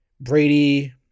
Brady